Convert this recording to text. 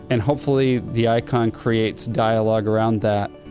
and hopefully the icon creates dialogue around that.